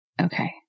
Okay